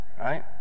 right